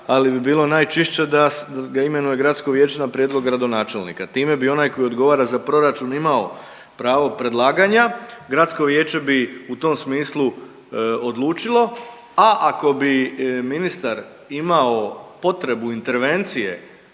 ali bi bilo najčišće da ga imenuje gradsko vijeće na prijedlog gradonačelnika. Time bi onaj tko odgovara za proračun imao pravo predlaganja, gradsko vijeće bi u tom smislu odlučilo, a ako bi ministar imao potrebu intervencije